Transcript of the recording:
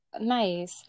Nice